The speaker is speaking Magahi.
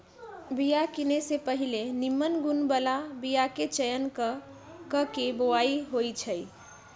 बिया किने से पहिले निम्मन गुण बला बीयाके चयन क के बोआइ होइ छइ